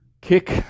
kick